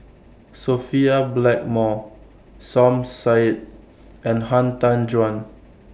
Sophia Blackmore Som Said and Han Tan Juan